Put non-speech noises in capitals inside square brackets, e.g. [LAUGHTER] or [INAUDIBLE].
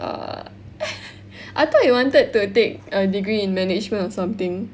err [LAUGHS] I thought you wanted to take a degree in management or something